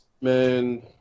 Man